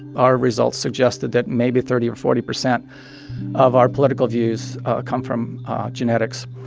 our results suggested that maybe thirty or forty percent of our political views ah come from genetics.